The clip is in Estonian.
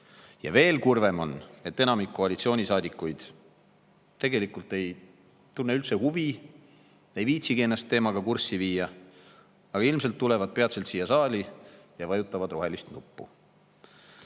Ja veel kurvem on, et enamik koalitsioonisaadikuid ei tunne üldse huvi, ei viitsigi ennast teemaga kurssi viia, aga ilmselt tulevad nad peatselt siia saali ja vajutavad rohelist nuppu.